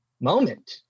moment